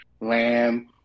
Lamb